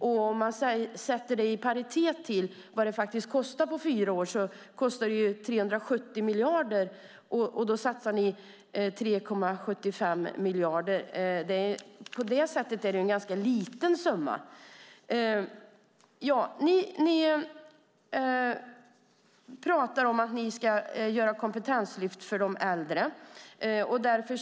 Om man sätter det i relation till vad det kostar på fyra år kostar det 370 miljarder, och ni satsar 3,75 miljarder. På det sättet är det en ganska liten summa. Ni pratar om att ni ska göra ett kompetenslyft inom äldreomsorgen.